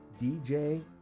DJ